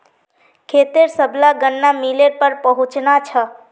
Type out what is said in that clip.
खेतेर सबला गन्ना मिलेर पर पहुंचना छ